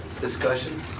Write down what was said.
Discussion